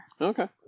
Okay